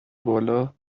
بالا